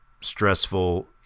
stressful